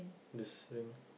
this ring